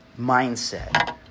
mindset